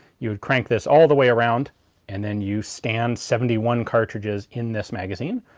you would crank this all the way around and then you stand seventy one cartridges in this magazine.